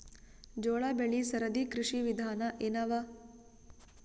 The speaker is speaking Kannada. ಜೋಳ ಬೆಳಿ ಸರದಿ ಕೃಷಿ ವಿಧಾನ ಎನವ?